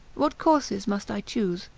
what courses must i choose?